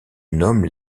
nomment